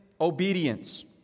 obedience